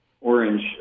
orange